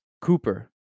Cooper